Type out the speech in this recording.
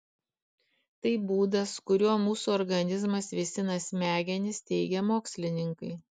tai būdas kuriuo mūsų organizmas vėsina smegenis teigia mokslininkai